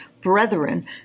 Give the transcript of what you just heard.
brethren